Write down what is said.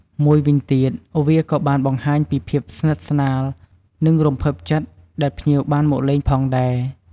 មួយវិញទៀត វាក៏បានបង្ហាញពីភាពស្និទ្ធស្នាល និងរំភើបចិត្តដែលភ្ញៀវបានមកលេងផងដែរ។